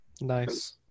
Nice